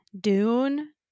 Dune